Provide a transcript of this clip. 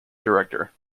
director